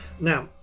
Now